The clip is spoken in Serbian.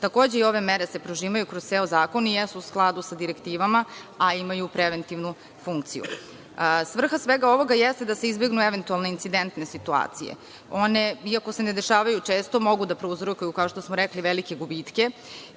Takođe, i ove mere se prožimaju kroz ceo zakon i jesu u skladu sa direktivama, a imaju preventivnu funkciju. Svrha svega ovoga jeste da se izbegnu eventualne incidentne situacije. One, iako se ne dešavaju često, mogu da prouzrokuju, kao što smo rekli, velike gubitke